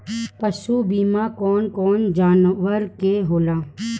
पशु बीमा कौन कौन जानवर के होला?